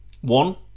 one